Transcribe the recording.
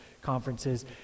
conferences